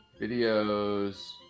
videos